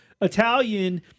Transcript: Italian